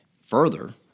Further